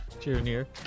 Junior